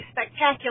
spectacular